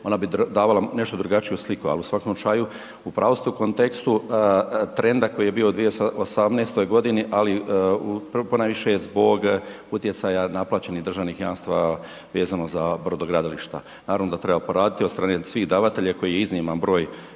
ona bi davala nešto drugačiju sliku, al u svakom slučaju u pravu ste u kontekstu trenda koji je bio u 2018.g., ali ponajviše je zbog utjecaja naplaćenih državnih jamstava vezano za brodogradilišta, naravno da treba poraditi od strane svih davatelja koji je izniman broj,